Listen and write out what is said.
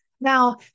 Now